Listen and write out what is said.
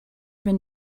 been